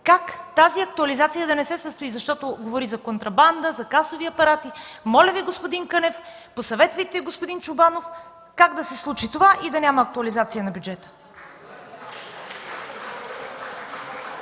как тази актуализация да не се състои, защото говори за контрабанда, за касови апарати. Моля Ви, господин Кънев, посъветвайте господин Чобанов как да се случи това и да няма актуализация на бюджета!